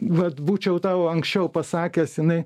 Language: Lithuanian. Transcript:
vat būčiau tau anksčiau pasakęs jinai